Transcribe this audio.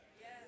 Yes